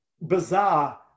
bizarre